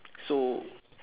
so